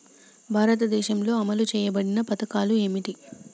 భారతదేశంలో అమలు చేయబడిన పథకాలు ఏమిటి?